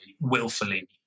willfully